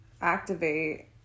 activate